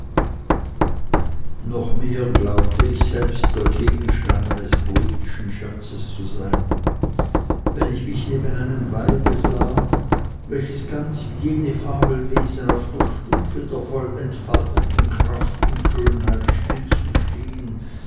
noch mehr glaubte ich selbst der gegenstand eines poetischen scherzes zu sein wenn ich mich neben einem weibe sah welches ganz wie jene fabelwesen auf der stufe der voll entfalteten kraft und schönheit stillzustehen